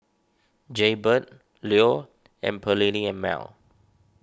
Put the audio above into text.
Jaybird Leo and Perllini and Mel